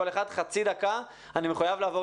כל אחד חצי דקה כי אני מחויב לעבור